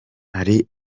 hari